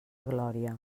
glòria